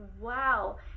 wow